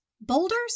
Boulders